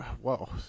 whoa